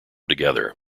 together